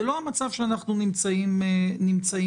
זה לא המצב שבו אנחנו נמצאים כרגע.